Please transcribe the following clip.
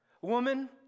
woman